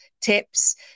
tips